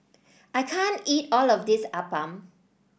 I can't eat all of this Appam